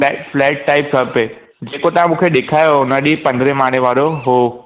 flat flat type खपे जेको तव्हां मूंखे ॾेखारियो हो उन ॾींहुं पंद्रहें माड़े वारो हो